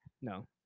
No